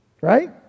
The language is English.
Right